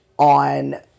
on